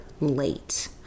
late